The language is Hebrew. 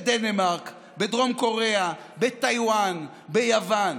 בדנמרק, בדרום קוריאה, בטייוואן, ביוון.